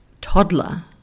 toddler